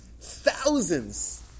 Thousands